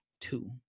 two